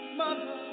mother